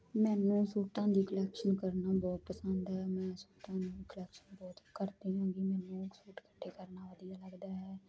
ਮੈਨੂੰ ਸੂਟਾਂ ਦੀ ਕੁਲੈਕਸ਼ਨ ਕਰਨਾ ਬਹੁਤ ਪਸੰਦ ਹੈ ਮੈਂ ਸੂਟਾਂ ਨੂੰ ਕਲੈਕਸ਼ਨ ਬਹੁਤ ਕਰਦੀ ਹੈਗੀ ਮੈਨੂੰ ਸੂਟ ਕੱਠੇ ਕਰਨਾ ਵਧੀਆ ਲੱਗਦਾ ਹੈ